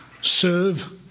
serve